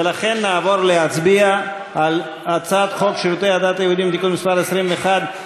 ולכן נעבור להצביע על הצעת חוק שירותי הדת היהודיים (תיקון מס' 21),